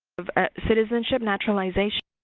of citizenship naturalization,